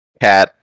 cat